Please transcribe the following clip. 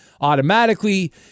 automatically